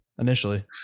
Initially